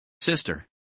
Sister